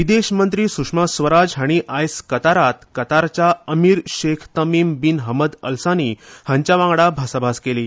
विदेश मंत्री सुषमा स्वराज हांणी आयज कतारांत emir Sheikh Tamim bin Hamad Al Thani हांचे वांगडा भासाभास केली